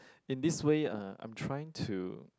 in this way uh I'm trying to